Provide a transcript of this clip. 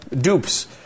dupes